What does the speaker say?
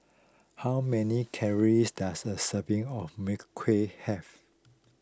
how many calories does a serving of Mui Kui have